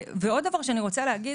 עוד דבר שאני רוצה להגיד,